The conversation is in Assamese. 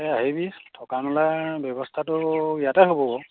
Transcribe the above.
এই আহিবি থকা মেলাৰ ব্যৱস্থাটো ইয়াতে হ'ব